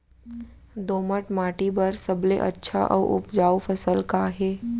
दोमट माटी बर सबले अच्छा अऊ उपजाऊ फसल का हे?